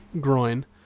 groin